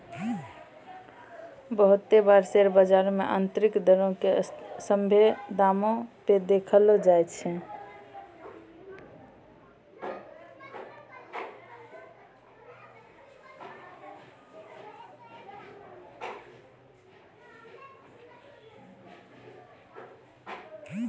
बहुते बार शेयर बजारो मे आन्तरिक दरो के सभ्भे दामो पे देखैलो जाय छै